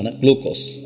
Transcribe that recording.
glucose